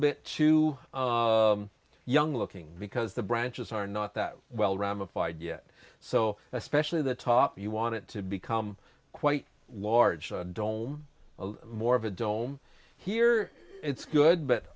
bit too young looking because the branches are not that well ramified yet so especially the top you want it to become quite large dome more of a dome here it's good but